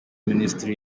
minisitiri